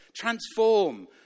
transform